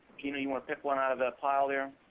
gina, you want to pick one out of the pile there?